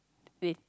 with